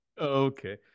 Okay